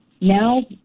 now